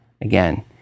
Again